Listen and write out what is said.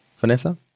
Vanessa